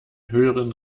hören